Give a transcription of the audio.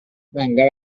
venga